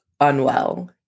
unwell